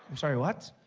sorry, what?